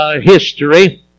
history